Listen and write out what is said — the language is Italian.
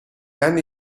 anni